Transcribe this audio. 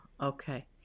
Okay